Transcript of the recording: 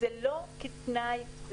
זה לא חייב להיות הסכמים.